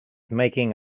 making